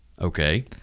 Okay